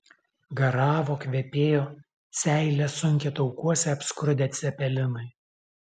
garavo kvepėjo seilę sunkė taukuose apskrudę cepelinai